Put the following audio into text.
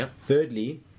Thirdly